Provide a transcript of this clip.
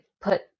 put